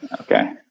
Okay